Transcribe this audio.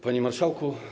Panie Marszałku!